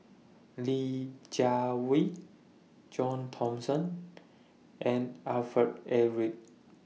Li Jiawei John Thomson and Alfred Eric